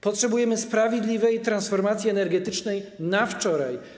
Potrzebujemy sprawiedliwej transformacji energetycznej na wczoraj.